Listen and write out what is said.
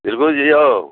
दिलखुश छी यौ